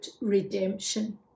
redemption